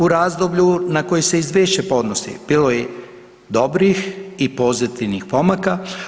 U razdoblju na koje se izvješće podnosi bilo je dobrih i pozitivnih pomaka.